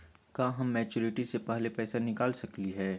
का हम मैच्योरिटी से पहले पैसा निकाल सकली हई?